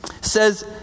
says